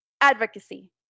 advocacy